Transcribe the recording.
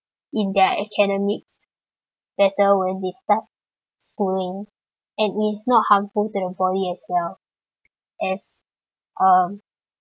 in their academics better when they start schooling and it is not harmful to the body as well as um